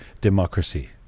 Democracy